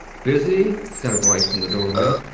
busy? said a voice from the doorway.